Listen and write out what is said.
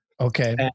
Okay